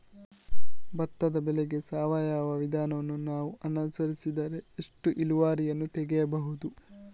ಭತ್ತದ ಬೆಳೆಗೆ ಸಾವಯವ ವಿಧಾನವನ್ನು ನಾವು ಅನುಸರಿಸಿದರೆ ಎಷ್ಟು ಇಳುವರಿಯನ್ನು ತೆಗೆಯಬಹುದು?